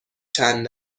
چند